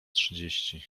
trzydzieści